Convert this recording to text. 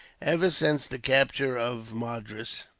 ever since the capture of madras,